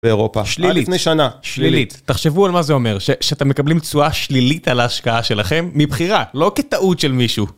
באירופה. שלילית. עד לפני שנה. שלילית. תחשבו על מה זה אומר, שאתם מקבלים תשואה שלילית על ההשקעה שלכם, מבחירה, לא כטעות של מישהו.